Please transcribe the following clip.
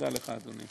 תודה לך, אדוני.